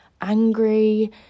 angry